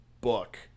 book